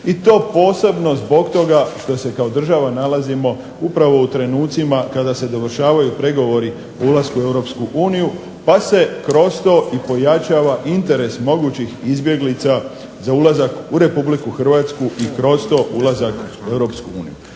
i to posebno zbog toga što se kao država nalazimo upravo u trenucima kada se dovršavaju pregovori o ulasku u Europsku uniju pa se kroz to i pojačava interes mogućih izbjeglica za ulazak u Republiku Hrvatsku i kroz to ulazak u